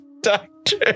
doctor